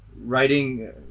Writing